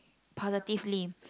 positively